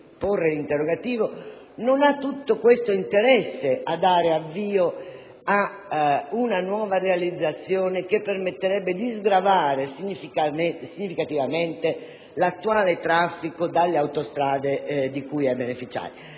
non ha un grande interesse a dare avvio ad una nuova realizzazione, che permetterebbe di sgravare significativamente l'attuale traffico dalle autostrade di cui è beneficiaria.